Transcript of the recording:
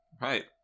Right